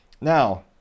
Now